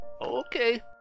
Okay